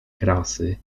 krasy